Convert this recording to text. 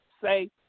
say